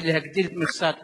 להגדיל את מכסת